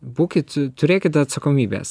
būkit turėkit atsakomybės